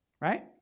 Right